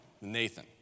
Nathan